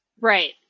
Right